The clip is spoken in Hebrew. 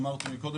אמרתי מקודם,